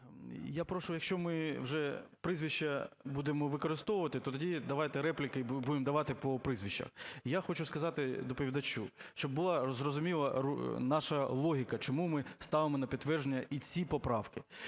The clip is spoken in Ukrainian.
Я прошу, якщо ми вже прізвища будемо використовувати, то тоді давайте репліки будемо давати по прізвищах. Я хочу сказати доповідачу, щоби була зрозуміла наша логіка, чому ми ставимо на підтвердження і ці поправки.